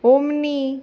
Omni